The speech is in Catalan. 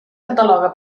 cataloga